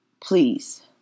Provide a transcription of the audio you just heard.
please